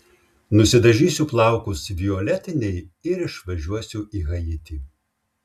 nusidažysiu plaukus violetiniai ir išvažiuosiu į haitį